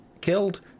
killed